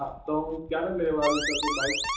હા તો હું ક્યારે લેવા આવી શકું બાઇક